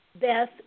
Beth